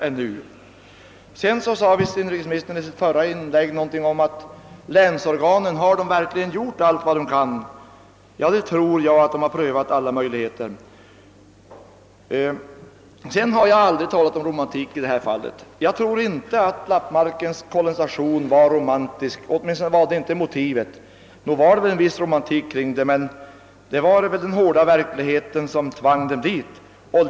Inrikesministern frågade vidare i sitt föregående inlägg om länsorganen verkligen gjort allt vad de kan för att skapa sysselsättning. Ja, jag har den bestämda uppfattningen att de har prövat alla möjligheter. Jag har aldrig talat om någon romantik i detta sammanhang. Jag tror inte att kolonisationen av lappmarken hade romantiska motiv. Visserligen förekom det väl en viss romantik i samband därmed, men det torde ha varit den hårda verkligheten som tvang människorna att söka sig dit.